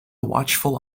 watchful